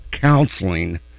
counseling